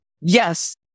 Yes